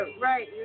Right